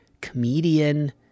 comedian